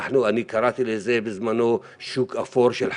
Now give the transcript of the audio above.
אני קראתי לזה בזמנו שוק אפור של חתונות.